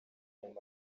nyuma